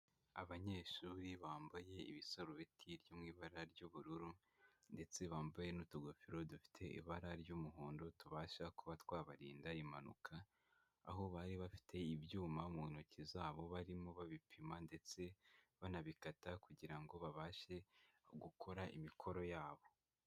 Abanyeshuri bambaye ibisarubeti byo mu ibara ry'ubururu ndetse bambaye n'utugofero dufite ibara ry'umuhondo tubasha kuba twabarinda impanuka, aho bari bafite ibyuma mu ntoki zabo barimo babipima ndetse banabikata kugira ngo babashe gukora imikoro yabo.